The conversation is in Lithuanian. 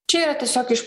čia yra tiesiog iš